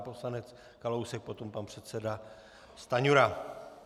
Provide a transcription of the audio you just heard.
Pan poslanec Kalousek, potom pan předseda Stanjura.